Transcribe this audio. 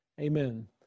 amen